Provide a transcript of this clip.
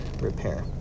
repair